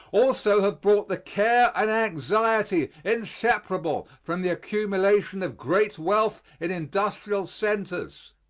also have brought the care and anxiety inseparable from the accumulation of great wealth in industrial centers.